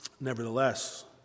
Nevertheless